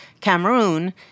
Cameroon